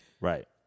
Right